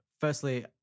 firstly